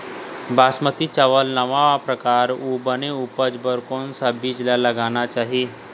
बासमती चावल नावा परकार अऊ बने उपज बर कोन सा बीज ला लगाना चाही?